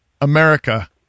America